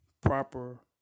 proper